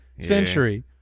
century